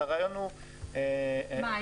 מה,